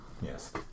yes